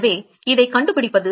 எனவே இதை எப்படி கண்டுபிடிப்பது